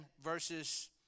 verses